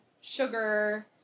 sugar